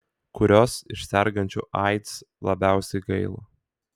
kurios iš sergančių aids labiausiai gaila